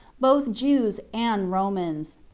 both jews and romans.